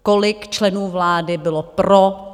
Kolik členů vlády bylo pro?